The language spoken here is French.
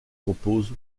compose